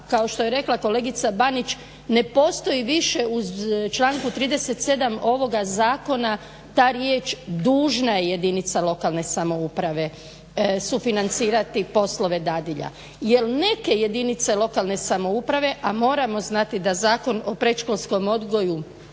kao što je rekla kolegica Banić ne postoji više u članku 37.ovoga zakona ta riječ dužna je jedinica lokalne samouprave sufinancirati poslove dadilja jel neke jedinice lokalne samouprave, a moramo znati da Zakon o predškolskom odgoju